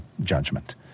judgment